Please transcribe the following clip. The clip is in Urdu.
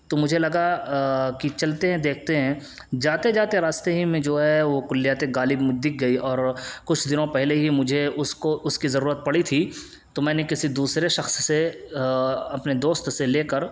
تو مجھے لگا کہ چلتے ہیں دیکھتے ہیں جاتے جاتے راستے ہی میں جو ہے وہ کلّیاتِ غالب دکھ گئی اور کچھ دنوں پہلے ہی مجھے اس کو اس کی ضرورت پڑی تھی تو میں نے کسی دوسرے شخص سے اپنے دوست سے لے کر